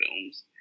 films